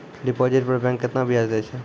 Deposit पर bank केतना ब्याज दै छै?